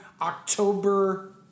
October